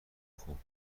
خوب